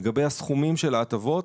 לגבי הסכומים של ההטבות,